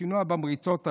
השינוע במריצות עליי.